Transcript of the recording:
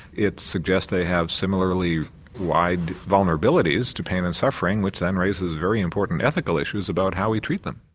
it suggests they have similarly wide vulnerabilities to pain and suffering, which then raises very important ethical issues about how we treat them.